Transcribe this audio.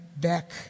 back